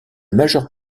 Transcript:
majeure